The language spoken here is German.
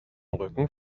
rücken